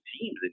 teams